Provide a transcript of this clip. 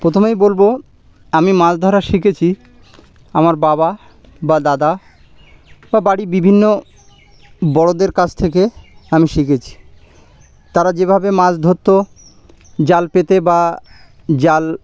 প্রথমেই বলব আমি মাছ ধরা শিখেছি আমার বাবা বা দাদা বা বাড়ি বিভিন্ন বড়দের কাছ থেকে আমি শিখেছি তারা যেভাবে মাছ ধরত জাল পেতে বা জাল